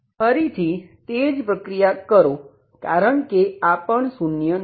ફરીથી તે જ પ્રક્રિયા કરો કારણ કે આ પણ શૂન્ય નથી